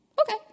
okay